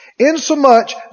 insomuch